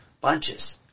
bunches